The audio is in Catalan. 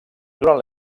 durant